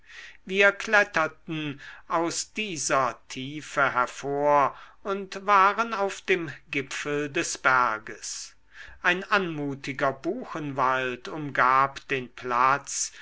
wir kletterten aus dieser tiefe hervor und waren auf dem gipfel des berges ein anmutiger buchenwald umgab den platz